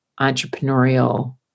entrepreneurial